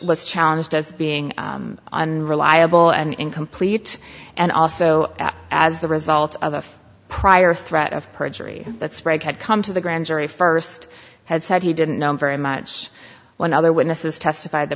was challenged as being reliable and incomplete and also as the result of a prior threat of perjury that spread had come to the grand jury first had said he didn't know very much when other witnesses testified the